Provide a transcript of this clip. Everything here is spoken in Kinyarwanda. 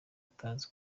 atazi